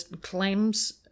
claims